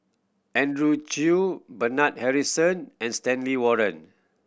Andrew Chew Bernard Harrison and Stanley Warren